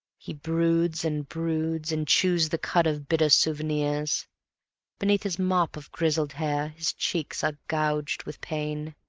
he broods and broods, and chews the cud of bitter souvenirs beneath his mop of grizzled hair his cheeks are gouged with pain,